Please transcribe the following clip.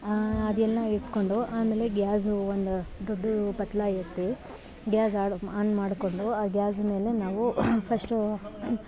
ಆಂ ಅದೆಲ್ಲ ಇಟ್ಕೊಂಡು ಆಮೇಲೆ ಗ್ಯಾಸು ಒಂದು ದೊಡ್ದು ಪಟ್ಲ ಎತ್ತಿ ಗ್ಯಾಸ್ ಆಡು ಆನ್ ಮಾಡ್ಕೊಂಡು ಆ ಗ್ಯಾಸ್ ಮೇಲೆ ನಾವು ಫಶ್ಟೂ